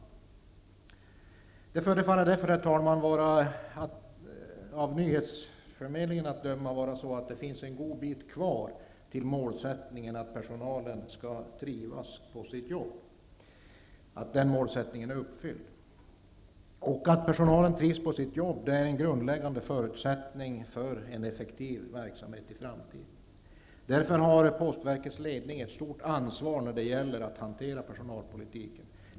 Av nyhetsförmedlingen att döma förefaller det därför, herr talman, som om det är en god bit kvar tills man har uppnått målet att personalen skall trivas på sitt jobb. Att personalen trivs på sitt jobb är en grundläggande förutsättning för en effektiv verksamhet i framtiden. Därför har postverkets ledning ett stort ansvar när det gäller att hantera personalpolitiken.